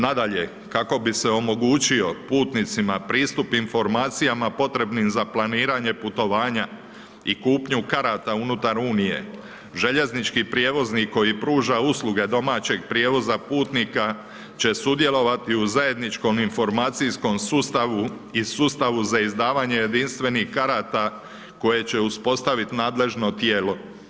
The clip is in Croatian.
Nadalje kako bi se omogućilo putnicima pristup informacijama potrebnim za planiranja putovanja i kupnju karata unutar Unije, željeznički prijevoznik, koji pruža usluge domaćeg prijevoza putnika, će sudjelovati u zajedničkom informatikom sustavu i sustavu za izdavanje jedinstvenih karata, koje će uspostaviti zajedničko tijelo.